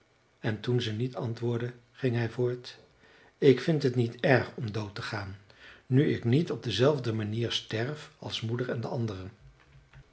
en toen ze niet antwoordde ging hij voort ik vind het niet erg om dood te gaan nu ik niet op dezelfde manier sterf als moeder en de anderen